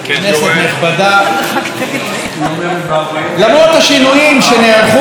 למרות השינויים שנערכו בחוק,